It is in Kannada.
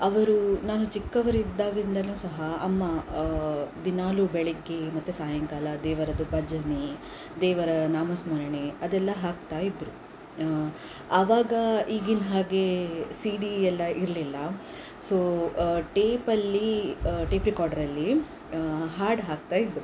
ಅವರು ನಾನು ಚಿಕ್ಕವರಿದ್ದಾಗಿನಿಂದನು ಸಹ ಅಮ್ಮ ದಿನಾಲು ಬೆಳಿಗ್ಗೆ ಮತ್ತೆ ಸಾಯಂಕಾಲ ದೇವರದ್ದು ಭಜನೆ ದೇವರ ನಾಮಸ್ಮರಣೆ ಅದೆಲ್ಲ ಹಾಕ್ತಾ ಇದ್ದರು ಅವಾಗ ಈಗಿನ ಹಾಗೆ ಸಿ ಡಿ ಎಲ್ಲ ಇರಲಿಲ್ಲ ಸೊ ಟೇಪಲ್ಲಿ ಟೇಪ್ ರೆಕಾರ್ಡ್ರಲ್ಲಿ ಹಾಡು ಹಾಕ್ತಾಯಿದ್ದರು